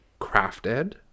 crafted